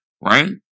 right